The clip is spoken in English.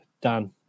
Dan